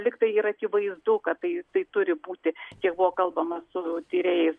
lyg tai ir akivaizdu kad tai tai turi būti kiek buvo kalbama su tyrėjais